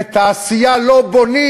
ותעשייה לא בונים.